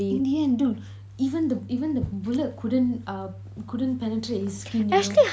in the end dude even the even the bullet couldn't uh couldn't penetrate his skin you know